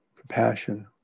compassion